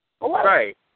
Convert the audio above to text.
Right